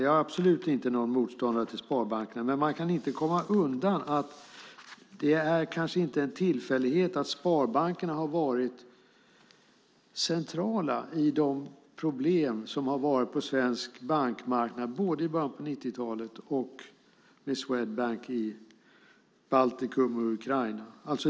Jag är absolut inte någon motståndare till sparbankerna, men man kan inte komma undan att det kanske inte är en tillfällighet att sparbankerna har varit centrala vad gäller de problem som har varit på svensk bankmarknad både i början av 1990-talet och nu med Swedbank i Baltikum och Ukraina.